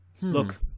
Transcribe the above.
Look